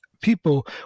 people